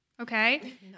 Okay